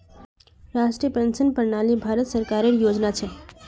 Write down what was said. राष्ट्रीय पेंशन प्रणाली भारत सरकारेर योजना छ